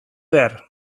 behar